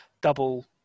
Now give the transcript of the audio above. double